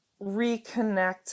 reconnect